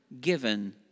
given